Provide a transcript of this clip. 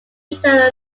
peter